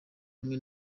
ubumwe